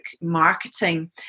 marketing